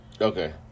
Okay